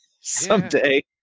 Someday